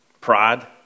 pride